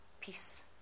peace